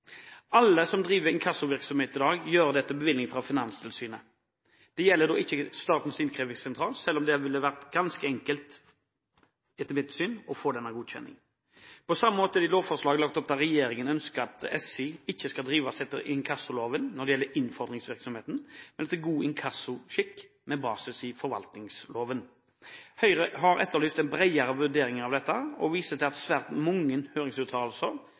Alle som driver inkassovirksomhet i dag, gjør det etter bevilling fra Finanstilsynet. Det gjelder ikke Statens innkrevingssentral, selv om det etter mitt syn ville vært ganske enkelt å få denne godkjenningen. På samme måte er det i lovforslaget lagt opp til at regjeringen ønsker at SI ikke skal drives etter inkassoloven når det gjelder innfordringsvirksomheten, men etter god inkassoskikk med basis i forvaltningsloven. Høyre har etterlyst en bredere vurdering av dette og viser til at svært mange høringsuttalelser